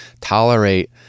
tolerate